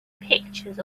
pictures